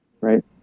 Right